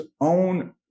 own